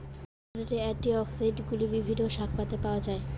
এই ধরনের অ্যান্টিঅক্সিড্যান্টগুলি বিভিন্ন শাকপাতায় পাওয়া য়ায়